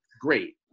great